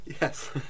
Yes